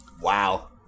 Wow